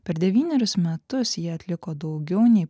per devynerius metus jie atliko daugiau nei